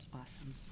Awesome